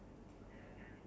that's why